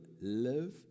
live